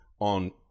on